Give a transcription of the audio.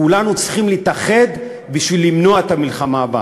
כולנו צריכים להתאחד בשביל למנוע את המלחמה הבאה.